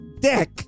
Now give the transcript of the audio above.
dick